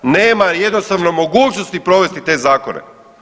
Nema jednostavno mogućnosti provesti te zakone.